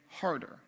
harder